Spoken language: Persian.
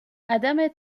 عدم